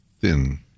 thin